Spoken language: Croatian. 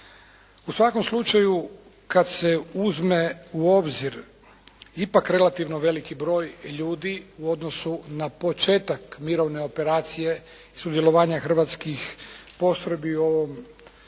U svakom slučaju kada se uzme u obzir ipak relativno veliki broj ljudi u odnosu na početak mirovne operacije sudjelovanja hrvatskih postrojbi u ovom